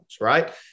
right